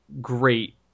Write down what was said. great